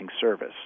service